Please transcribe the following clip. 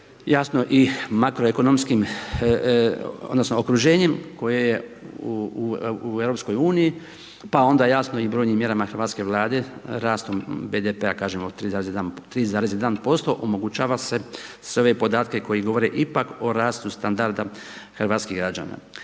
jasno i makroekonomskim odnosno, okruženjem koje u EU pa onda jasno i brojnim mjerama hrvatske vlade, rastom BDP, od kažem 3,1% omogućava se sve ove podatke koji govore ipak o rastu standarda hrvatskih građana.